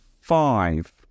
five